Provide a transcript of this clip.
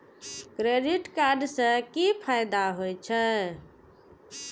Credit card से कि फायदा होय छे?